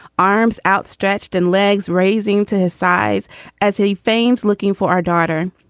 arms outstretched and legs raising to his size as he feigns looking for our daughter?